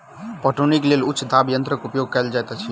पटौनीक लेल उच्च दाब यंत्रक उपयोग कयल जाइत अछि